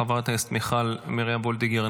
חברת הכנסת מיכל מרים וולדיגר,